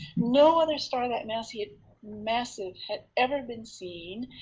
no other star that massive that massive had ever been seen,